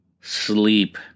sleep